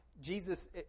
Jesus